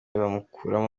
bamukuramo